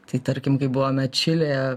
tai tarkim kai buvome čilėje